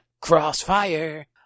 crossfire